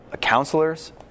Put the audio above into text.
counselors